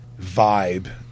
vibe